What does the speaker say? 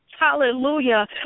Hallelujah